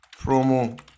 promo